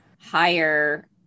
higher